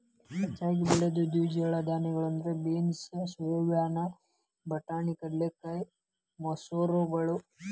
ಹೆಚ್ಚಾಗಿ ಬೆಳಿಯೋ ದ್ವಿದಳ ಧಾನ್ಯಗಳಂದ್ರ ಬೇನ್ಸ್, ಸೋಯಾಬೇನ್, ಬಟಾಣಿ, ಕಡಲೆಕಾಯಿ, ಮಸೂರಗಳು